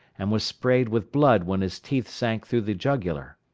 and was sprayed with blood when his teeth sank through the jugular.